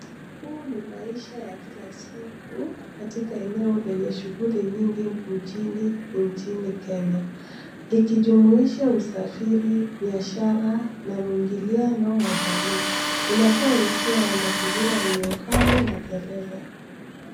Huu ni maisha ya kila siku katika eneo lenye shughuli nyingi mjini nchini Kenya likijumuisha usafiri, biashara na mwingiliano wa jamii. Inatoa hisia ya mazingira yenye uhai na kelele.